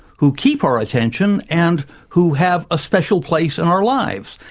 who keep our attention, and who have a special place in our lives.